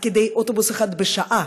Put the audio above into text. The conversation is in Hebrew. לאוטובוס אחד בשעה,